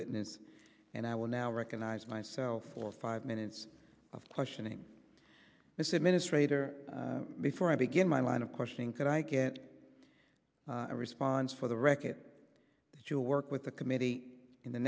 witness and i will now recognize myself for five minutes of questioning as administrators before i begin my line of questioning could i get a response for the record that you will work with the committee in the